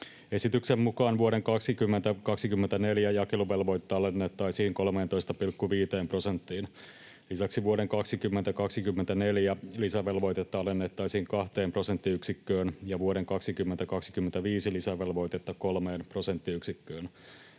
Esityksen mukaan vuoden 2024 jakeluvelvoitetta alennettaisiin 13,5 prosenttiin. Lisäksi vuoden 2024 lisävelvoitetta alennettaisiin 2 prosenttiyksikköön ja vuoden 2025 lisävelvoitetta 3 prosenttiyksikköön.